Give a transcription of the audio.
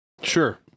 Sure